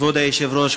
כבוד היושב-ראש,